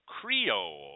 Creole